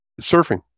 Surfing